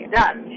done